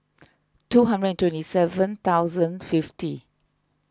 two hundred and twenty seven thousand fifty